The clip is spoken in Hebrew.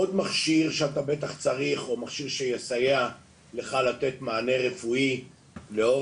עוד מכשיר שאתה בטח צריך או מכשיר שיסייע לך לתת מענה רפואי לאור